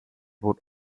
would